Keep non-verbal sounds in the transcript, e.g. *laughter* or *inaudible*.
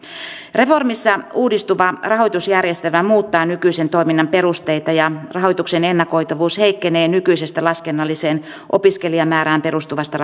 reformissa uudistuva rahoitusjärjestelmä muuttaa nykyisen toiminnan perusteita ja rahoituksen ennakoitavuus heikkenee nykyisestä laskennalliseen opiskelijamäärään perustuvasta *unintelligible*